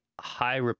high